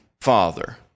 father